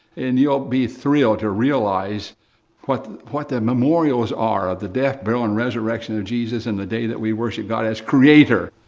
and you'll be thrilled to realize what what the memorial's are of the death, burial and resurrection of jesus, and the day that we worship god as creator.